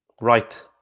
Right